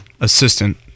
assistant